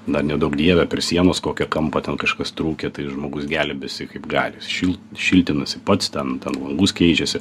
na neduok dieve prie sienos kokio kampo ten kažkas trūkę tai žmogus gelbėjasi kaip gali šil šiltinasi pats ten ten langus keičiasi